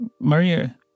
Maria